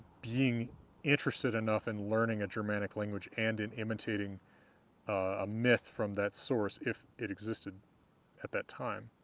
being interested enough in learning a germanic language and in imitating a myth from that source, if it existed at that time.